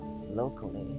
locally